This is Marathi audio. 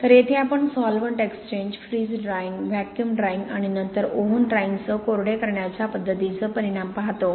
तर येथे आपण solvent exchange freeze drying vacuum drying आणि नंतर ओव्हन ड्रायिंगसह कोरडे करण्याच्या पद्धतींसह परिणाम पाहतो